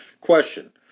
Question